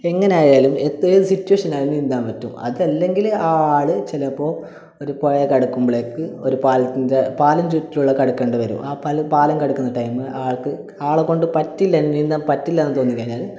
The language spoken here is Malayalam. എങ്ങനെ ആയാലും ഏത് സിറ്റുവേഷൻ ആയാലും നീന്താൻ പറ്റും അതല്ലെങ്കിൽ ആ ആള് ചിലപ്പോൾ ഒരു പുഴ കടക്കുമ്പോഴേക്ക് ഒരു പാലത്തിൻ്റെ പാലം ചുറ്റുമുള്ള കടക്കേണ്ടി വരും ആ പാലം പാലം കടക്കുന്ന ടൈമ് ആൾക്ക് ആളെക്കൊണ്ട് പറ്റില്ല ഇനി നീന്താൻ പറ്റില്ലായെന്ന് തോന്നി കഴിഞ്ഞാൽ